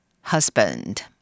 husband